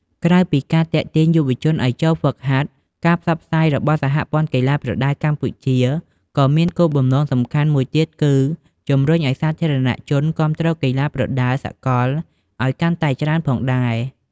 ក្រៅពីការទាក់ទាញយុវជនឲ្យចូលហ្វឹកហាត់ ការផ្សព្វផ្សាយរបស់សហព័ន្ធកីឡាប្រដាល់កម្ពុជា ក៏មានគោលបំណងសំខាន់មួយទៀតគឺជំរុញឲ្យសាធារណជនគាំទ្រកីឡាប្រដាល់សកលឲ្យកាន់តែច្រើនផងដែរ។